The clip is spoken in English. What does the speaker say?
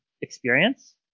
experience